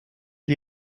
die